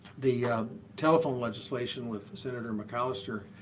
the telephone legislation with senator mcalister.